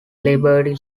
liberty